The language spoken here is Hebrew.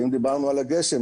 ואם דיברנו על הגשם,